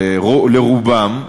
לרובם,